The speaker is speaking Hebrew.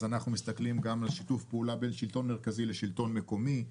אז אנחנו מסתכלים גם על שיתוף פעולה בין שלטון מרכזי לשלטון מקומי,